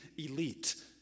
elite